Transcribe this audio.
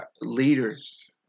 leaders